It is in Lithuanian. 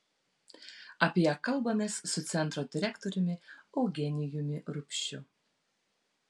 apie ją kalbamės su centro direktoriumi eugenijumi rupšiu